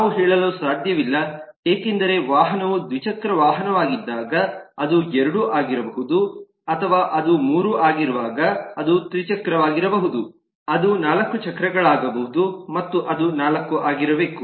ನಾವು ಹೇಳಲು ಸಾಧ್ಯವಿಲ್ಲ ಏಕೆಂದರೆ ವಾಹನವು ದ್ವಿಚಕ್ರ ವಾಹನವಾಗಿದ್ದಾಗ ಅದು 2 ಆಗಿರಬಹುದು ಅಥವಾ ಅದು 3 ಆಗಿರುವಾಗ ಅದು ತ್ರಿಚಕ್ರವಾಗಿರಬಹುದು ಅದು ನಾಲ್ಕು ಚಕ್ರಗಳಾಗಬಹುದು ಮತ್ತು ಅದು ನಾಲ್ಕು ಆಗಿರಬೇಕು